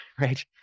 right